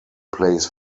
plays